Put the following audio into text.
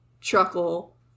chuckle